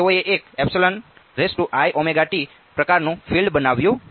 તેઓએ એક પ્રકારનું ફિલ્ડ્સ બનાવ્યું છે